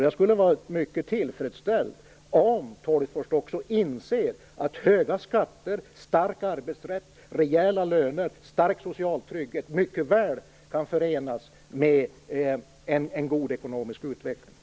Jag skulle bli mycket tillfredsställd om Tolgfors insåg att höga skatter, stark arbetsrätt, rejäla löner och stor social trygghet mycket väl kan förenas med en god ekonomisk utveckling.